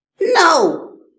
No